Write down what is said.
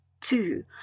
two